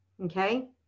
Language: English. Okay